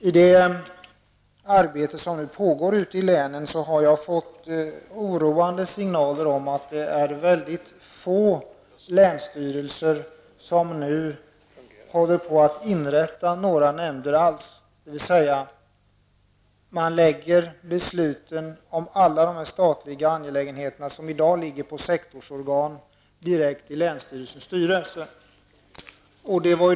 Medan arbetet har pågått ute i länen har jag fått oroande signaler om att det är mycket få länsstyrelser som avser att inrätta några nämnder över huvud taget. De beslut om statliga angelägenheter som i dag ligger på sektorsorgan överförs nu direkt till länsstyrelsens styrelse.